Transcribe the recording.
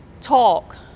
talk